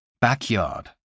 Backyard